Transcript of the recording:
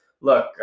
look